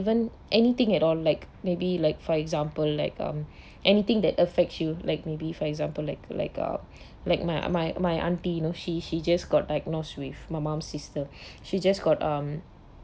even anything at all like maybe like for example like um anything that affects you like maybe for example like like uh like my my my auntie you know she she just got diagnosed with my mom's symptom she just got um